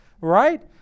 right